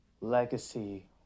legacy